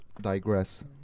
Digress